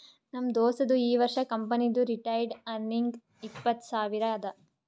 ನಮ್ ದೋಸ್ತದು ಈ ವರ್ಷ ಕಂಪನಿದು ರಿಟೈನ್ಡ್ ಅರ್ನಿಂಗ್ ಇಪ್ಪತ್ತು ಸಾವಿರ ಅದಾ